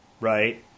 right